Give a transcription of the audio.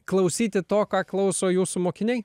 klausyti to ką klauso jūsų mokiniai